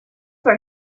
for